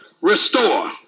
Restore